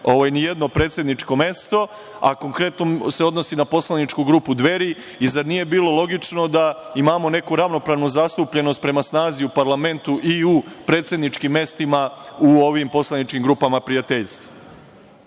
dobije nijedno predsedničko mesto, a to se konkretno odnosi na poslaničku grupu Dveri? Zar nije bilo logično da imamo neku ravnopravnu zastupljenost prema snazi u parlamentu i u predsedničkim mestima u ovim poslaničkim grupama prijateljstva? Takođe,